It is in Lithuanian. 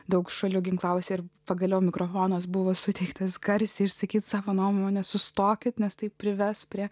daug šalių ginklavosi ir pagaliau mikrofonas buvo suteiktas garsiai išsakyti savo nuomonės sustokit nes tai prives prie